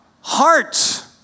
heart